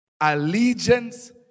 allegiance